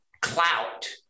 clout